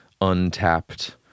untapped